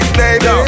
baby